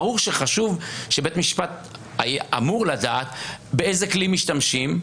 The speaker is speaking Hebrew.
ברור שחשוב שבית משפט אמור לדעת באיזה כלי משתמשים,